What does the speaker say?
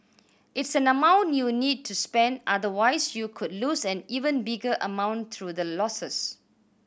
it's an amount you need to spend otherwise you could lose an even bigger amount through the losses